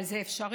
אבל זה אפשרי,